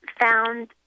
found